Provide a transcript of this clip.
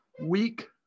week